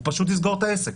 הוא פשוט יסגור אותו.